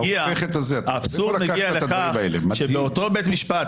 אתה הופך --- האבסורד מגיע לכך שבאותו בית משפט,